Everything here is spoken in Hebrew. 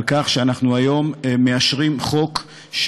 על כך שהיום אנחנו מאשרים חוק,